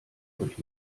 euch